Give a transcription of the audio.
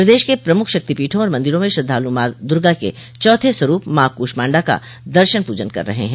प्रदेश के प्रमुख शक्तिपीठों और मंदिरों में श्रद्धालु माँ दुर्गा के चौथे स्वरूप माँ कुषमाण्डा का दर्शन पूजन कर रहे हैं